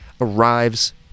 arrives